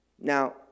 Now